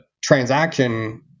transaction